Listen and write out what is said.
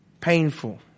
painful